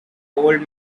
old